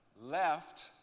left